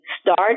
start